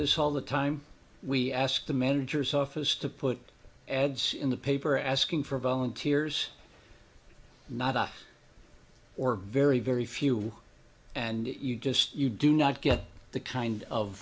this all the time we ask the manager's office to put ads in the paper asking for volunteers not off or very very few and you just you do not get the kind of